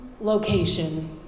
location